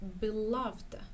beloved